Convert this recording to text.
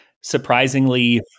surprisingly